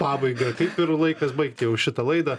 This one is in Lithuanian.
pabaigą kaip ir laikas baigti jau šitą laidą